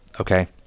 okay